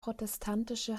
protestantische